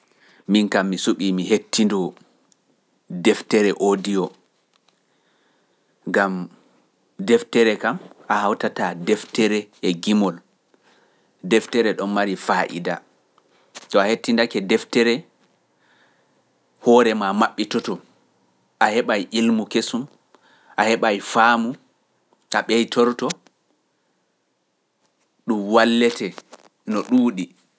Min kam mi suɓii mi hettindoo deftere o diyo, gam deftere kam a hawtataa deftere e gimol, deftere ɗon mari faa'ida, so a hettindake deftere hoore ma maɓɓitoto, a heɓay ilmu kesum, a heɓay faamu, a ɓeytorto ɗum wallete no ɗuuɗi.